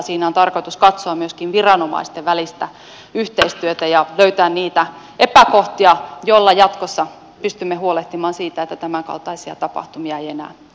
siinä on tarkoitus katsoa myöskin viranomaisten välistä yhteistyötä ja löytää niitä epäkohtia jotta jatkossa pystymme huolehtimaan siitä että tämän kaltaisia tapahtumia ja